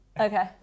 Okay